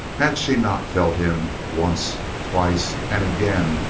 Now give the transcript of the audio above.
had she not felt him, once, twice and again,